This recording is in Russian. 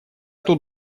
тут